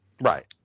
Right